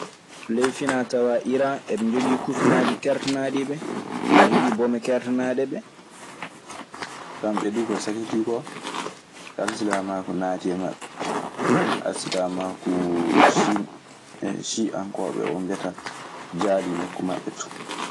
Ley finatawa Iran heeɓe jogii kufunaaji kertanaaɗi ɓe, heɓe jogi bomee kertanaaɗe ɓe. Kamɓe duu ko sakkitii kooalsilaamaaku naatii e maɓɓe. Alsilamaakuu, siian kooɓe oo mbiyataa jaalii nokku maɓɓe too.